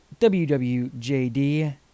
WWJD